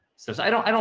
so, so i don't, i don't,